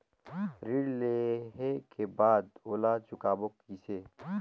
ऋण लेहें के बाद ओला चुकाबो किसे?